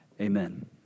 amen